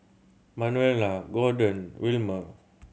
Manuela Gordon Wilmer